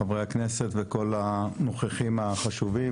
חברי הכנסת וכל הנוכחים החשובים.